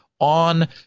on